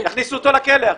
יכניסו אותו לכלא.